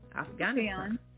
Afghanistan